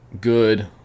good